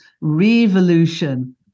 Revolution